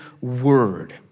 word